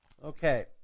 Okay